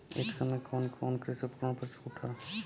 ए समय कवन कवन कृषि उपकरण पर छूट ह?